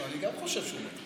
גם אני חושב שהוא מתאים.